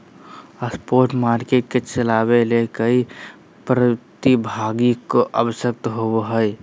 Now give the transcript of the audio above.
spot market के चलावय ले कई प्रतिभागी के आवश्यकता होबो हइ